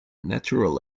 natural